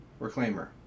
reclaimer